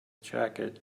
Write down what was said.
jacket